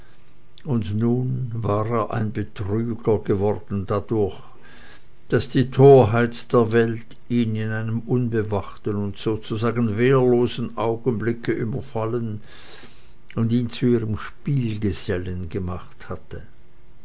und nun war er ein betrüger geworden dadurch daß die torheit der welt ihn in einem unbewachten und sozusagen wehrlosen augenblicke überfallen und ihn zu ihrem spielgesellen gemacht hatte